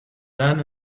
then